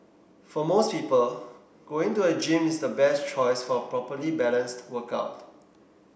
for most people going to a gym is the best choice for a properly balanced workout